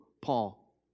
Paul